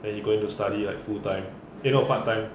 then he going to study like full time eh no part time